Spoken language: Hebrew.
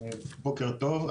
בוקר טוב.